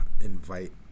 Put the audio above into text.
invite